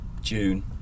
June